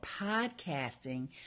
podcasting